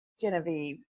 Genevieve